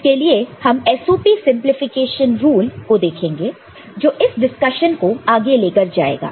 जिसके लिए हम SOP सिंपलीफिकेशन रूल को देखेंगे जो इस डिस्कशन को आगे लेकर जाएगा